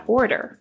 order